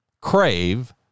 crave